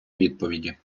відповіді